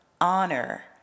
honor